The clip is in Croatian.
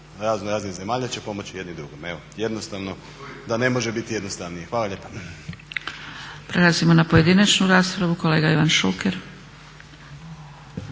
zemalja će pomoći jedni drugome. Jednostavno da ne može biti jednostavnije. Hvala lijepo.